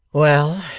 well,